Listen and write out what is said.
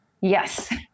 Yes